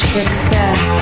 success